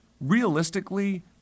realistically